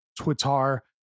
Twitter